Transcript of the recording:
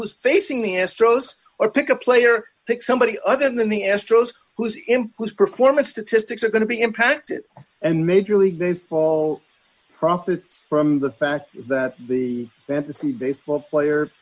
who's facing the astros or pick a player pick somebody other than the astros who's him whose performance statistics are going to be impacted and major league baseball profits from the fact that the them to see baseball player